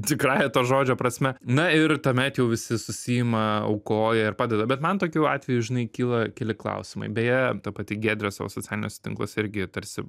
tikrąja to žodžio prasme na ir tuomet jau visi susiima aukoja ir padeda bet man tokiu atveju žinai kyla keli klausimai beje ta pati giedrė savo socialiniuose tinkluose irgi tarsi